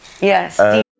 Yes